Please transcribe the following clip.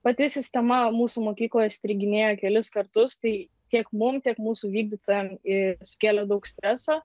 pati sistema mūsų mokykloje striginėjo kelis kartus tai tiek mum tiek mūsų vykdytojam i sukėlė daug streso